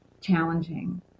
challenging